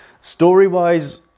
Story-wise